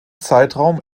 zeitraum